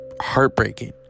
heartbreaking